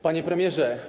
Panie Premierze!